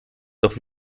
doch